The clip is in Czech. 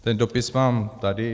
Ten dopis mám tady.